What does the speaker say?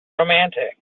romantic